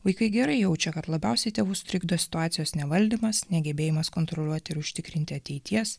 vaikai gerai jaučia kad labiausiai tėvus trikdo situacijos nevaldymas negebėjimas kontroliuoti ir užtikrinti ateities